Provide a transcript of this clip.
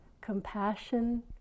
compassion